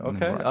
Okay